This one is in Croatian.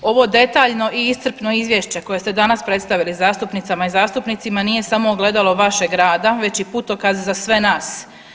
Ovo detaljno i iscrpno izvješće koje ste danas predstavili zastupnicama i zastupnicima nije samo ogledalo vašeg rada već i putokaz za sve nas.